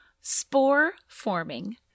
spore-forming